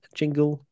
jingle